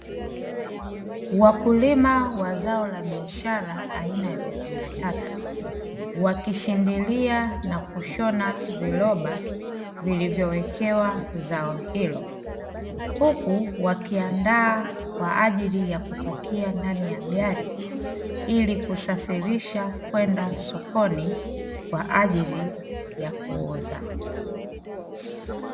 Wakulima wa zao la biashara aina ya viazi mbatata, wakishindilia na kushona viroba vilivyowekewa zao hilo. Huku wakiandaa kwa ajili ya kupakia ndani ya gari, ili kusafirisha kwenda sokoni kwa ajili ya kuuza.